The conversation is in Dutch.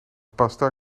pasta